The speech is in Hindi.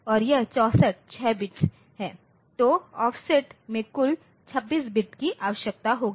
तो ऑफसेट में कुल 26 बिट कि आवश्यक होगी